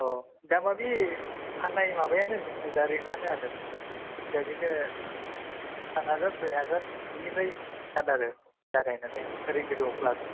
दामा बे फान्नाय माबायानो जेखुनु जाया रेदआनो आरो जेखुनु जाया बिदिनो पास हाजार सयहाजार बेनिफ्राइ स्टार्ट आरो जागायनानै ओरै गोजौआव